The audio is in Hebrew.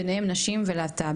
ביניהם נשים ולהט"ב.